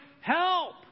Help